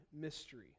mystery